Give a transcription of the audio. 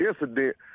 incident